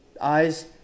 Eyes